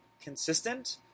consistent